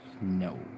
No